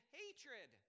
hatred